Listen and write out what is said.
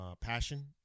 passion